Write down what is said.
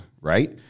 right